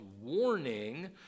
warning